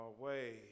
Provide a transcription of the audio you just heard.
away